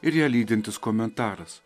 ir ją lydintis komentaras